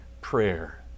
prayer